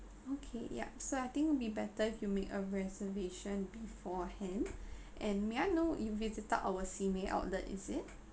okay ya so I think it would be better if you make a reservation beforehand and may I know you visited our simei outlet is it